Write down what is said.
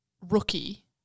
rookie